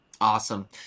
Awesome